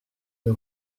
nos